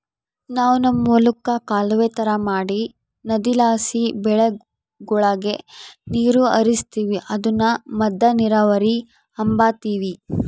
ನಾವು ನಮ್ ಹೊಲುಕ್ಕ ಕಾಲುವೆ ತರ ಮಾಡಿ ನದಿಲಾಸಿ ಬೆಳೆಗುಳಗೆ ನೀರು ಹರಿಸ್ತೀವಿ ಅದುನ್ನ ಮದ್ದ ನೀರಾವರಿ ಅಂಬತೀವಿ